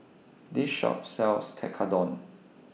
This Shop sells Tekkadon